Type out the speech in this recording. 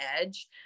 edge